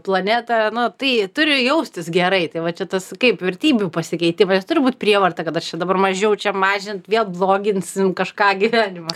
planetą na tai turi jaustis gerai tai va čia tas kaip vertybių pasikeitimas jis turi būt prievarta kad aš čia dabar mažiau čia mažint vėl bloginsim kažką gyvenimą